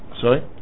Sorry